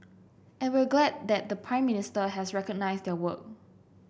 and we're glad that the Prime Minister has recognised their work